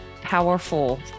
powerful